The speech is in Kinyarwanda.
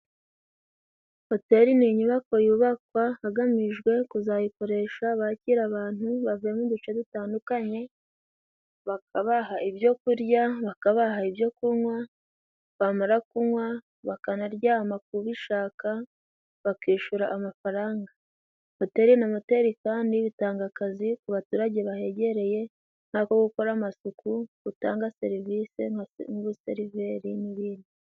Hoteri ni inyubako yubakwa hagamijwe kuzayikoresha bakira abantu bavuye mu duce dutandukanye bakabaha ibyo kurya, bakabaha ibyo kunywa, bamara kunywa bakanaryama kubishaka bakishura amafaranga. Hoteri na Moteri kandi bitanga akazi ku baturage bahegereye nk'ako gukora amasuku utanga serivisi nk'ubuseriveri n'ibindi.